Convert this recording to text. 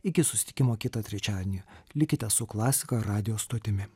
iki susitikimo kitą trečiadienį likite su klasika radijo stotimi